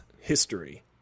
history